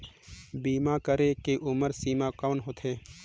बीमा करे के उम्र सीमा कौन होथे?